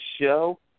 show